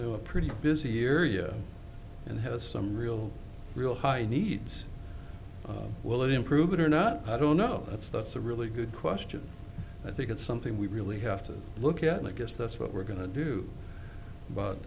know a pretty busy year year and has some real real high needs will it improve it or not i don't know well that's that's a really good question i think it's something we really have to look at and i guess that's what we're going to do but